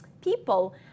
people